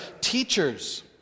teachers